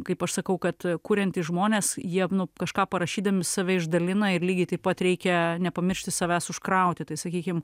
kaip aš sakau kad kuriantys žmonės jie nu kažką parašydami save išdalina ir lygiai taip pat reikia nepamiršti savęs užkrauti tai sakykim